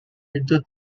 dudley